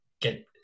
get –